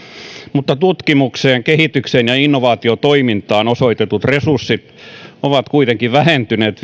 mutta tutkimukseen kehitykseen ja innovaatiotoimintaan osoitetut resurssit ovat kuitenkin vähentyneet